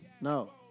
No